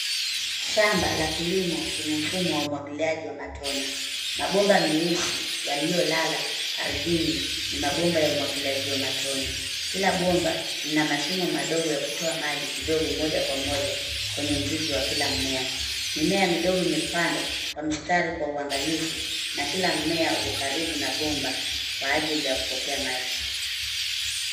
Shamba la kilimo chenye mfumo wa umwagiliaji wa matone. Mabomba meusi yaliolala ardhini, ni mabomba ya umwagiliaji wa matone. Kila bomba lina mashimo madogo ya kutoa maji kidogo moja kwa moja, kwenye mzizi wa kila mmea. Mimea midogo imepandwa, kwa mstari kwa uangalifu, na kila mmea uko karibu na bomba, kwa ajili ya kupokea maji.